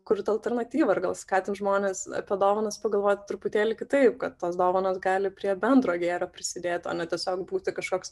kurt alternatyvą ir gal skatint žmones apie dovanas pagalvot truputėlį kitaip kad tos dovanos gali prie bendro gėrio prisidėt o ne tiesiog būti kažkoks